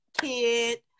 kid